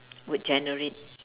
would generate